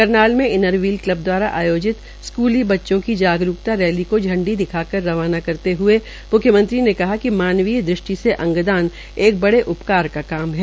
करनाल में Inner Wheel club दवारा आयोजित स्कृती बच्चों की जागरूक्ता रैली को झंडी दिखाकर रवाना करते हए म्ख्यमंत्री ने कहा कि मानवीय दृष्टि से अंगदान एक बड़े उपकार का काम है